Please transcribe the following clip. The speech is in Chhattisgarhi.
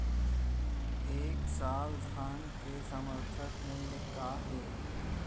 ए साल धान के समर्थन मूल्य का हे?